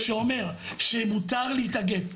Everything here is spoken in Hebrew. שאומר שמותר להתאגד.